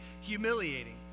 humiliating